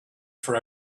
for